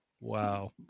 wow